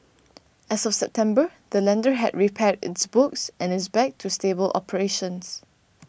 as of September the lender had repaired its books and is back to stable operations